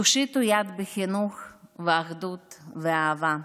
תושיטו יד בחינוך ואחדות ואהבה.